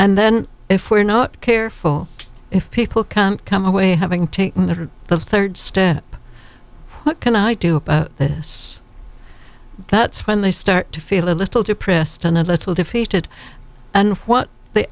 and then if we're not careful if people can't come away having taken the third step what can i do about that it's that's when they start to feel a little depressed and a little defeated and what the